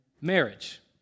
marriage